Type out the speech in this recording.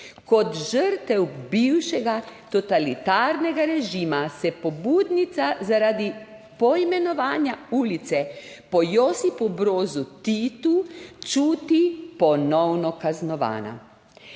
Kot žrtev bivšega totalitarnega režima se pobudnica, zaradi poimenovanja ulice po Josipu Brozu Titu čuti ponovno kaznovana.